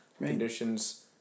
Conditions